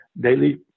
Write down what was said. daily